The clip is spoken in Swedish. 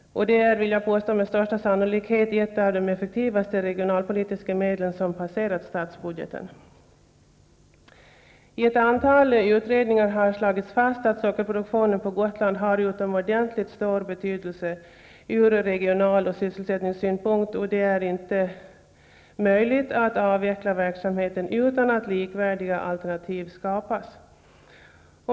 Med största sannolikhet är det ett av de effektivaste regionalpolitiska medel som passerat statsbudgeten. I ett antal utredningar har slagits fast att sockerproduktionen på Gotland har utomordentligt stor betydelse ur regional synpunkt och sysselsättningssynpunkt och att det inte är möjligt att avveckla verksamheten utan att likvärdiga alternativ skapas.